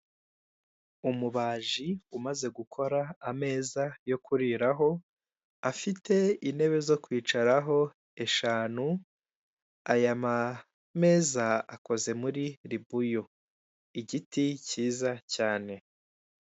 Umubaji umaze gukora ameza yo kuriraho, afite intebe zo kwicaraho eshanu, aya mameza akoze muri ribuyu, igiti cyiza cyane.